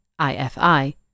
IFI